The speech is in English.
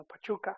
Pachuca